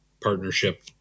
partnership